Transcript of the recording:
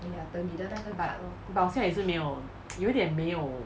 but but 我现在也是没有有一点没有